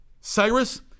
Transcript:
Cyrus